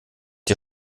ihr